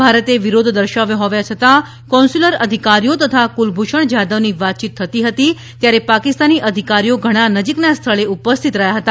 ભારતે વિરોધ દર્શાવ્યો હોવા છતાં કોન્સ્યુલર અધિકારીઓ તથા કુલભૂષણ જાધવની વાતયીત થતી હતી ત્યારે પાકિસ્તાની અધિકારીઓ ઘણાં નજીકના સ્થળે ઉપસ્થિત રહ્યા હતા